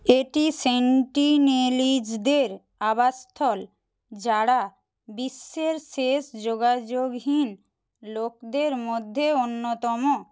এটি সেন্টিনেলিজদের আবাসস্থল যারা বিশ্বের শেষ যোগাযোগহীন লোকদের মধ্যে অন্যতম